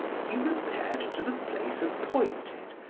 he repaired to the place appointed,